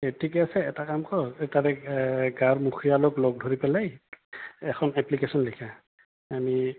ঠিকে আছে এটা কাম কৰক এই তাতে গাঁৱৰ মুখীয়ালক লগ ধৰি পেলাই এখন এপ্লিকেশ্যন লিখা আমি